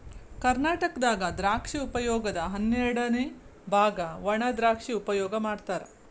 ಕರ್ನಾಟಕದಾಗ ದ್ರಾಕ್ಷಿ ಉಪಯೋಗದ ಹನ್ನೆರಡಅನೆ ಬಾಗ ವಣಾದ್ರಾಕ್ಷಿ ಉಪಯೋಗ ಮಾಡತಾರ